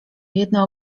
jedna